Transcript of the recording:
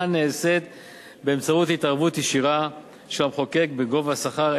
נעשית באמצעות התערבות ישירה של המחוקק בגובה השכר,